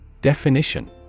Definition